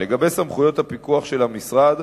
לגבי סמכויות הפיקוח של המשרד,